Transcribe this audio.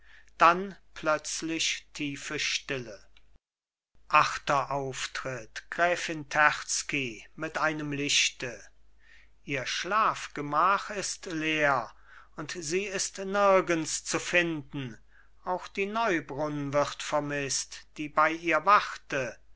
dann plötzlich tiefe stille achter auftritt gräfin terzky mit einem lichte ihr schlafgemach ist leer und sie ist nirgends zu finden auch die neubrunn wird vermißt die bei ihr wachte